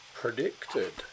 predicted